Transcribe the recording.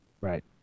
right